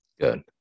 Good